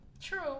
true